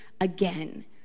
Again